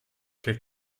che